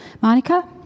Monica